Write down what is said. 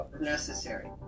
necessary